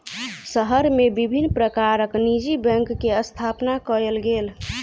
शहर मे विभिन्न प्रकारक निजी बैंक के स्थापना कयल गेल